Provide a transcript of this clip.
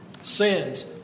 Sins